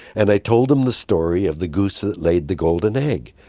and i told them the story of the goose that laid the golden egg.